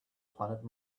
planet